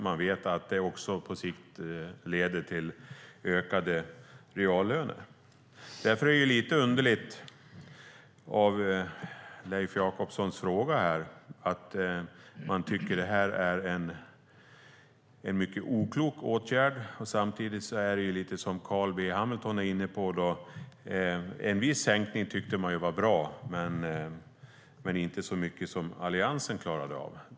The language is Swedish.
De vet också att det på sikt leder till ökade reallöner. Därför är Leif Jakobssons fråga lite underlig. Han tycker att det här är en mycket oklok åtgärd. Samtidigt tyckte man att en viss sänkning var bra, men inte så mycket som Alliansen klarade av.